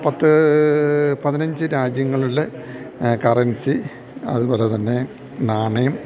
പത്ത് പതിനഞ്ച് രാജ്യങ്ങളിലെ കറൻസി അതുപോലെതന്നെ നാണയം